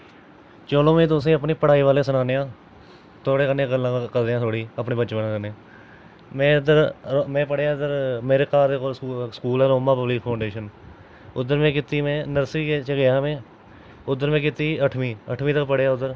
चलो में तुसेंई अपनी पढ़ाई बारे सनाने आं थुआढ़े कन्नै गल्लां करने आं थोह्ड़ी अपने बचपन कन्नै में इद्धर में पढ़ेआ इद्धर मेरे घर दे कोल स्कूल स्कूल ऐ रोमा पब्लिक फोंडेशन उद्धर में कीती में नर्सरी बिच्च गेआ मैं उद्धर में कीती अठमी अठमी तक पढ़ेआ उद्धर